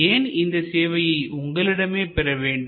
ஏன் இந்த சேவையை உங்களிடமே பெறவேண்டும்